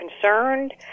concerned